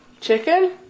Chicken